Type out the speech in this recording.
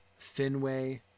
Finway